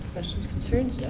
questions, concerns,